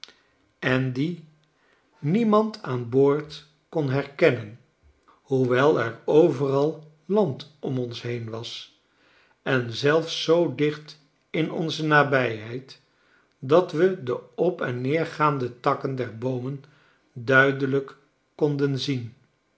en dien niemand aan boord kon herkennen alhoewel er overal land om ons heen was en zelfs zoo dicht in onze nabijheid dat we de op en neergaande takken der boomen duidelijk konden zien